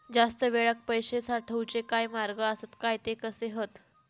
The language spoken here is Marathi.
जास्त वेळाक पैशे साठवूचे काय मार्ग आसत काय ते कसे हत?